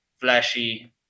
flashy